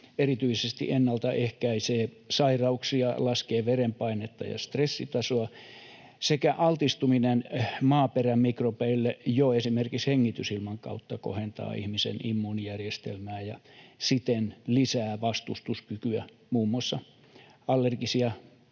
erityisesti ennalta ehkäisee sairauksia sekä laskee verenpainetta ja stressitasoa, ja altistuminen maaperän mikrobeille jo esimerkiksi hengitysilman kautta kohentaa ihmisen immuunijärjestelmää ja siten lisää vastustuskykyä muun muassa allergisia